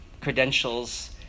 credentials